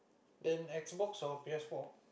and X-box or P_S-four